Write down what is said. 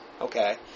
Okay